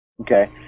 okay